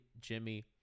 Jimmy